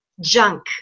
junk